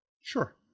Sure